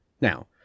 Now